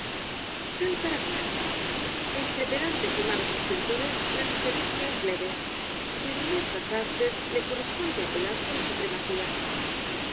tal para cual entre pedantes y malos escritoel caballero de las botas azules i res la diferencia es leve pero en estas artes le corresponde á pelasgo la supremacía